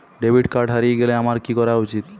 Debit card হারিয়ে গেলে আমার কি করা উচিৎ?